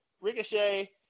Ricochet